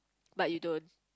but you don't